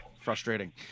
frustrating